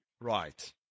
Right